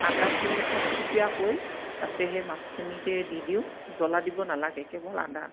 আদাখিনি থপথপীয়াকৈ তাতে সেই মাছখিনিতেই দি দিওঁ জ্বলা দিব নালাগে কেৱল আদা